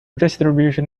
distribution